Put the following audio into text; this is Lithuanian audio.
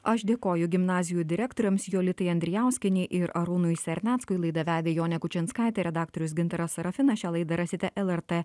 aš dėkoju gimnazijų direktoriams jolitai andrijauskienei ir arūnui serneckui laidą vedė jonė kučinskaitė redaktorius gintaras sarafinas šią laidą rasite lrt